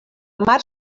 mar